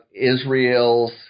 Israel's